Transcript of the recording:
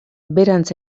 beherantz